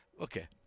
Okay